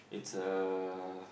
it's a